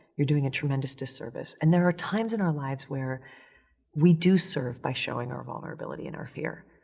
you're doing a tremendous disservice. and there are times in our lives where we do serve by showing our vulnerability and our fear.